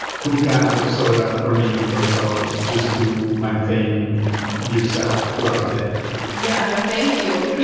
two cans of soda per minute or so just to maintain yourself throughout the day yeah, no thank you.